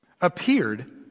appeared